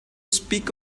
speak